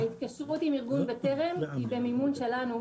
ההתקשרות עם ארגון בטרם היא במימון שלנו,